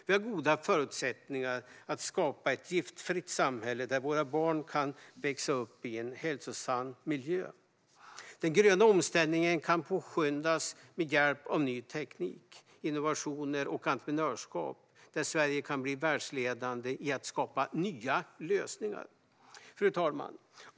Vi har goda förutsättningar att skapa ett giftfritt samhälle där våra barn får växa upp i en hälsosam miljö. Den gröna omställningen kan påskyndas med hjälp av ny teknik, innovationer och entreprenörskap, och Sverige kan bli världsledande i att skapa nya lösningar. Fru talman!